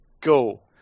go